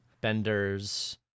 Bender's